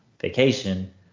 vacation